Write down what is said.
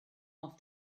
off